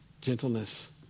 gentleness